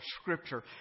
Scripture